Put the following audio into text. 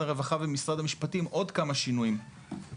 הרווחה ומשרד המשפטים עוד כמה שינויים.